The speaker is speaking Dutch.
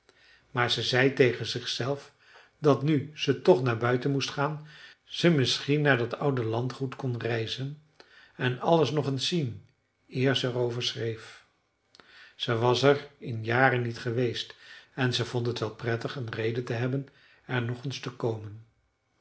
maar ze zei tegen zichzelf dat nu ze toch naar buiten moest gaan ze misschien naar dat oude landgoed kon reizen en alles nog eens zien eer ze erover schreef ze was er in jaren niet geweest en ze vond het wel prettig een reden te hebben er nog eens te komen